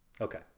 Okay